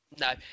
No